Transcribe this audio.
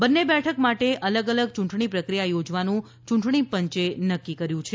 બંને બેઠક માટે અલગ અલગ યૂંટણી પ્રક્રિયા યોજવાનું યૂંટણી પંચે નક્કી કર્યું છે